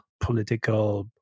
political